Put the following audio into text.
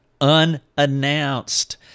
unannounced